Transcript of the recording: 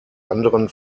anderen